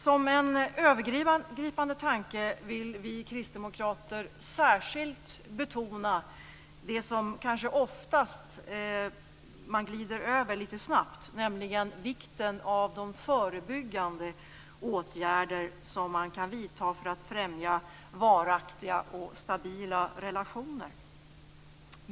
Som en övergripande tanke vill vi kristdemokrater särskilt betona det man oftast glider över snabbt, nämligen vikten av de förebyggande åtgärder som man kan vidta för att främja varaktiga och stabila relationer.